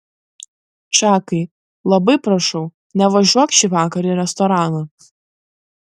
čakai labai prašau nevažiuok šįvakar į restoraną